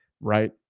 right